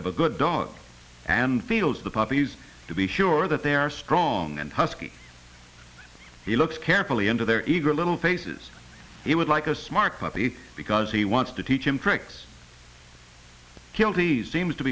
of a good dog and feels the puppies to be sure that they are strong and husky he looks carefully into their eager little faces it would like a smart puppy because he wants to teach him tricks kilties seems to